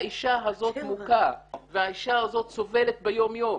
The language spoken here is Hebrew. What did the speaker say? האישה הזאת מוכה והאישה הזאת סובלת ביום יום